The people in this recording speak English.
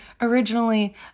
originally